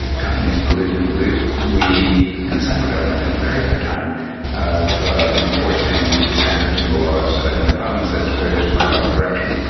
companies pollute and pollute. we in the central government have a very hard time of enforcing the standards and the laws in the provinces where there is quite a lot of corruption.